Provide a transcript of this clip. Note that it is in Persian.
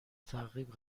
تعقیب